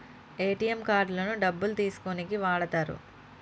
ATM కార్డులను డబ్బులు తీసుకోనీకి వాడతరు